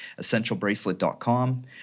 essentialbracelet.com